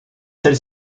celle